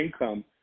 income